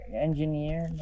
engineer